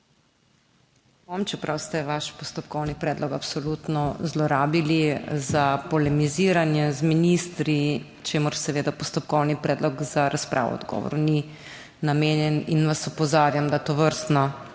Bom, čeprav ste svoj postopkovni predlog absolutno zlorabili za polemiziranje z ministri, čemur seveda postopkovni predlog za razpravo o odgovoru ni namenjen, in vas opozarjam, da tovrstna